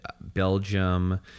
Belgium